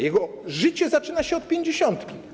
Jego życie zaczyna się od 50.